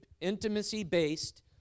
intimacy-based